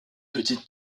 petite